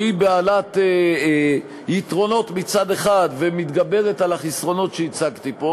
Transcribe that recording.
שהיא בעלת יתרונות מצד אחד ומתגברת על החסרונות שהצגתי פה,